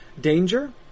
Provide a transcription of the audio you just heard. danger